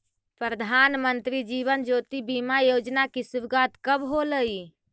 प्रधानमंत्री जीवन ज्योति बीमा योजना की शुरुआत कब होलई